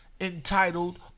entitled